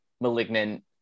Malignant